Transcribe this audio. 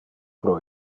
pro